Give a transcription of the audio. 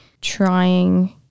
trying